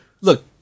look